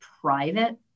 private